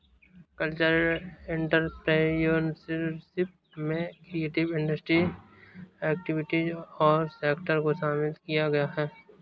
cultural entrepreneurship में creative industry activities और sector को शामिल किया गया है